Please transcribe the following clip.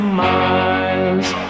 miles